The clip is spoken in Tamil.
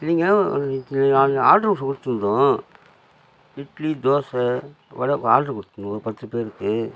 நீங்கள் அன்றைக்கி ஆட்ரு கொடுத்துருந்தோம் இட்லி தோசை வடை ஆட்ரு கொடுத்துருந்தோம் பத்து பேருக்கு